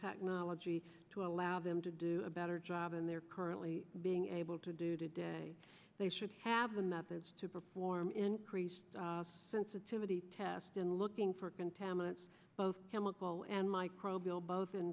technology to allow them to do a better job and they're currently being able to do today they should have the methods to perform increased sensitivity testing looking for contaminants both chemical and m